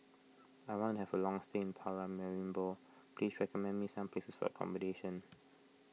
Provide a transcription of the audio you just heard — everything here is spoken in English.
I want to have a long stay in Paramaribo please recommend me some places for accommodation